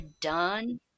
done